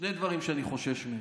דברים שאני חושש מהם.